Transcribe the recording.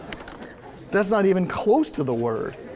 that's not even close to the word.